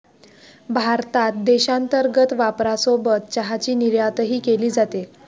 भारतात देशांतर्गत वापरासोबत चहाची निर्यातही केली जाते